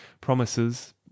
Promises